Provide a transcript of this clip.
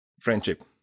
Friendship